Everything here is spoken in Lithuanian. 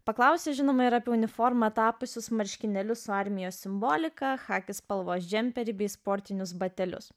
paklausė žinoma ir apie uniformą tapusius marškinėlius su armijos simbolika chaki spalvos džemperį bei sportinius batelius